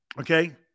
Okay